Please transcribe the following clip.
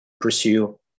pursue